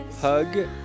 Hug